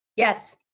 yes.